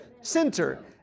center